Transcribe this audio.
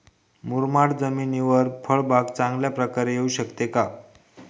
मुरमाड जमिनीवर फळबाग चांगल्या प्रकारे येऊ शकते का?